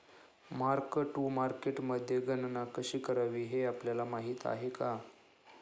Mark to मार्केटमध्ये गणना कशी करावी हे आपल्याला माहित आहे का?